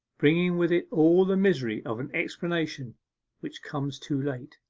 bringing with it all the misery of an explanation which comes too late.